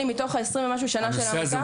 שנים מתוך ה- 20 ומשהו שנה של העמותה.